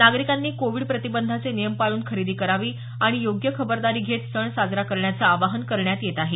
नागरिकांनी कोविड प्रतिबंधाचे नियम पाळून खरेदी करावी आणि योग्य खबरदारी घेत सण साजरा करण्याचं आवाहन करण्यात येत आहे